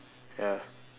ya